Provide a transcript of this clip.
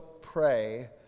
pray